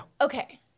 Okay